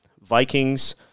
Vikings